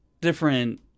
different